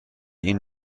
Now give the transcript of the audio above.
این